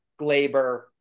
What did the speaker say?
Glaber